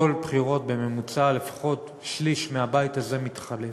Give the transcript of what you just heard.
כל בחירות בממוצע לפחות שליש מהבית הזה מתחלף.